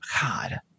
God